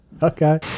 Okay